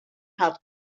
hat